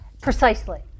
Precisely